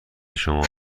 شما